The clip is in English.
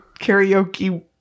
karaoke